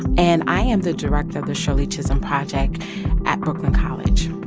and i am the director of the shirley chisholm project at brooklyn college